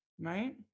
right